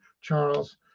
Charles